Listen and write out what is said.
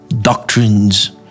Doctrines